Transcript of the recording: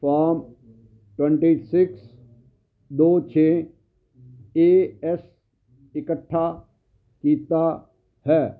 farm twenty six ਦੋ ਛੇ A S ਇਕੱਠਾ ਕੀਤਾ ਹੈ